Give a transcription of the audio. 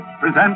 present